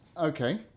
Okay